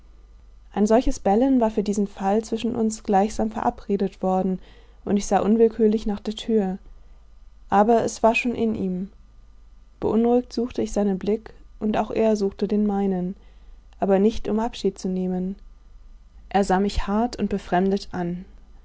ein solches bellen war für diesen fall zwischen uns gleichsam verabredet worden und ich sah unwillkürlich nach der tür aber es war schon in ihm beunruhigt suchte ich seinen blick und auch er suchte den meinen aber nicht um abschied zu nehmen er sah mich hart und befremdet an